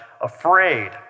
afraid